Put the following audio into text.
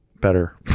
Better